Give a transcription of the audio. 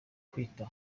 kwita